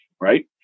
Right